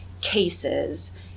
cases